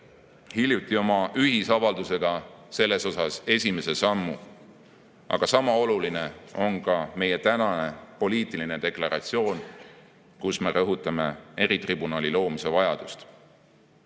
oma ühisavaldusega selleks esimese sammu. Aga sama oluline on ka meie tänane poliitiline deklaratsioon, kus me rõhutame eritribunali loomise vajadust.